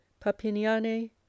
Papiniane